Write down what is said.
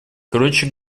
короче